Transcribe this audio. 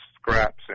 scraps